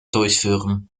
durchführen